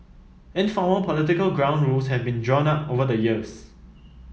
informal political ground rules have been drawn up over the years